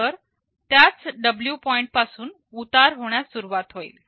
तर त्याच W point पासून उतार होण्यास सुरुवात होईल